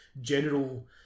general